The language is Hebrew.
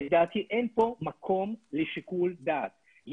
לדעתי אין פה מקום לשיקול דעת,